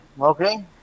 Okay